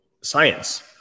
science